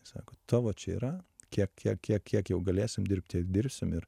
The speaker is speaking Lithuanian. sako tavo čia yra kiek kiek kiek kiek jau galėsim dirbt tiek dirbsim ir